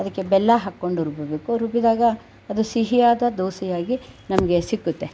ಅದಕ್ಕೆ ಬೆಲ್ಲ ಹಾಕ್ಕೊಂಡು ರುಬ್ಬಬೇಕು ರುಬ್ಬಿದಾಗ ಅದು ಸಿಹಿಯಾದ ದೋಸೆಯಾಗಿ ನಮಗೆ ಸಿಕ್ಕುತ್ತೆ